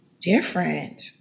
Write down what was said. different